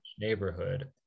neighborhood